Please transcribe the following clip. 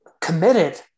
committed